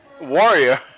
Warrior